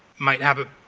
might have a